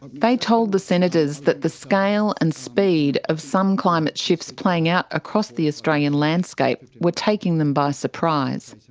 they told the senators that the scale and speed of some climate shifts playing out across the australian landscape were taking them by surprise.